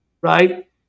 right